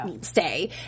stay